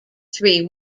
three